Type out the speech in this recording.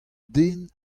den